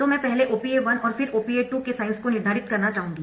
तो मैं पहले OPA 1 और फिर OPA 2 के साइन्स को निर्धारित करना चाहूंगी